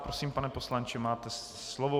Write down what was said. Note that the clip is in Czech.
Prosím, pane poslanče, máte slovo.